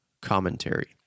commentary